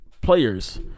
players